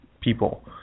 people